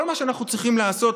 כל מה שאנחנו צריכים לעשות,